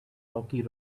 rocky